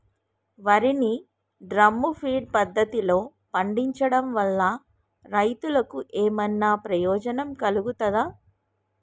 వరి ని drum feed పద్ధతిలో పండించడం వల్ల రైతులకు ఏమన్నా ప్రయోజనం కలుగుతదా?